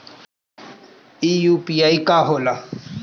ई यू.पी.आई का होला?